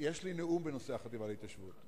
יש לי נאום בנושא החטיבה להתיישבות.